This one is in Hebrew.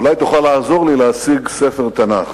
אולי תוכל לעזור לי להשיג ספר תנ"ך?